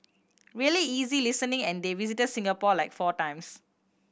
really easy listening and they visited Singapore like four times